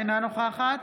אינה נוכחת